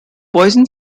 poison